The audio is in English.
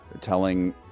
Telling